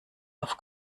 auf